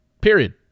Period